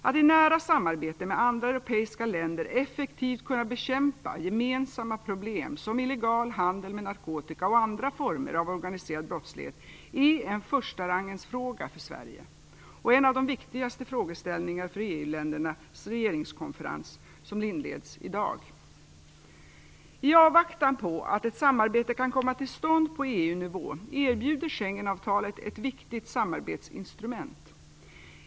Att i nära samarbete med andra europeiska länder effektivt kunna bekämpa gemensamma problem som illegal handel med narkotika och andra former av organiserad brottslighet är en förstarangsfråga för Sverige och en av de viktigaste frågeställningarna för EU-ländernas regeringskonferens som inleds i dag. I avvaktan på att ett samarbete kan komma till stånd på EU-nivå erbjuder Schengenavtalet ett viktigt samarbetsinstrument.